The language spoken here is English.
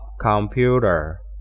computer